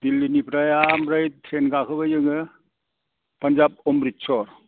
दिल्लिनिफ्राय ओमफ्राय ट्रेन गाखोबाय जोङो पानजाब अम्रिदसर